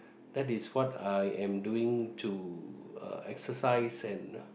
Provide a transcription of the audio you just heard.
that is what I am doing to uh exercise and